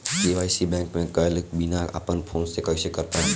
KYC bank मे गएले बिना अपना फोन से कइसे कर पाएम?